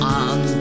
on